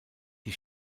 die